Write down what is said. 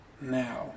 now